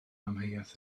amheuaeth